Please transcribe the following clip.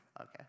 Okay